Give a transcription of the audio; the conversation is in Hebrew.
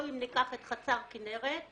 או אם ניקח את חצר כנרת,